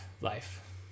Life